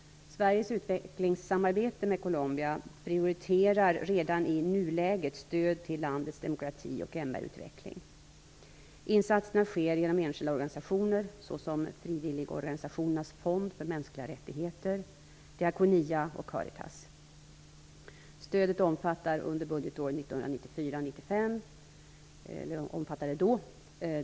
Sveriges utvecklingssamarbete med Colombia prioriterar redan i nuläget stöd till landets demokrati och MR-utveckling. Insatserna sker genom enskilda organisationer såsom Frivilligorganisationernas fond för mänskliga rättigheter, Diakonia och Caritas.